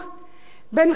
בן חצי שנה